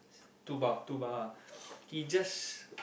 two bat two bar he just